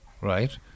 Right